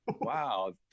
Wow